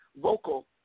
vocal